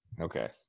Okay